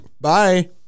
Bye